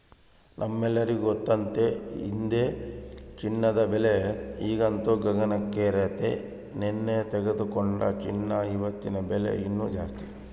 ನಮ್ಮೆಲ್ಲರಿಗೂ ಗೊತ್ತತೆ ಇದೆ ಚಿನ್ನದ ಬೆಲೆ ಈಗಂತೂ ಗಗನಕ್ಕೇರೆತೆ, ನೆನ್ನೆ ತೆಗೆದುಕೊಂಡ ಚಿನ್ನಕ ಇವತ್ತಿನ ಬೆಲೆ ಇನ್ನು ಜಾಸ್ತಿ